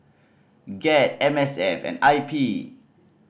GED M S F and I P